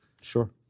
sure